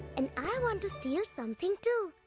and i want to steal something, too!